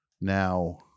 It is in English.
Now